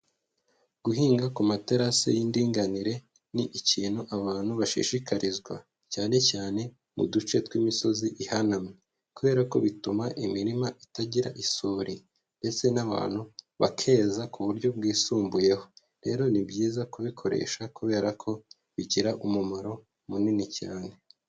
Guhinga ku materasi y'indinganire, ni ikintu abantu bashishikarizwa. Cyane cyane, mu duce tw'imisozi ihanamye. Kubera ko bituma imirima itagira isuri. Ndetse n'abantu bakeza ku buryo bwisumbuyeho. Rero ni byiza kubikoresha kubera ko bigira umumaro munini cyane.